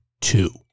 two